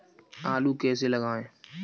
आलू कैसे लगाएँ?